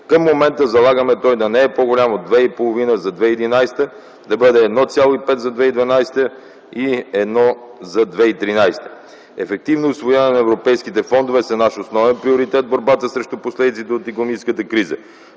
Към момента залагаме той да е не по-голям от 2.5% за 2011 г., да бъде 1,5% за 2012 г. и 1% за 2013 г. Ефективното усвояване на европейските фондове е наш основен приоритет в борбата срещу последиците от икономическата криза.